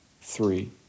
three